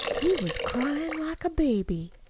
he was cryin' like a baby.